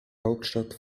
hauptstadt